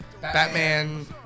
Batman